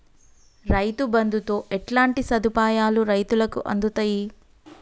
రైతు బంధుతో ఎట్లాంటి సదుపాయాలు రైతులకి అందుతయి?